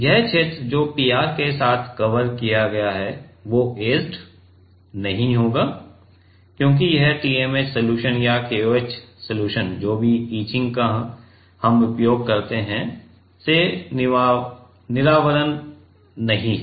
यह क्षेत्र जो पीआर के साथ कवर किया गया है वो ऐचेड नहीं होगा क्योंकि यह TMAH सलूशन या KOH सलूशन जो भी इचिंग का उपयोग करते है से निरावरण नहीं है